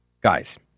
Guys